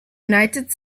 united